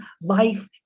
life